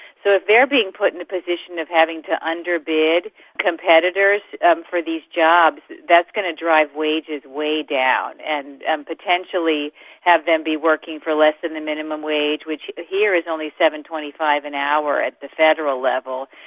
so if they are being put in a position of having to under-bid competitors for these jobs, that's going to drive wages way down and and potentially have them working for less than the minimum wage which here is only seven dollars. twenty five an hour at the federal level.